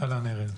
אהלן, ארז.